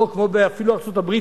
לא כמו אפילו בארצות-הברית,